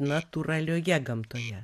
natūralioje gamtoje